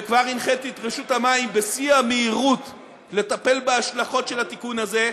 וכבר הנחיתי את רשות המים בשיא המהירות לטפל בהשלכות של התיקון הזה,